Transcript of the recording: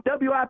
WIP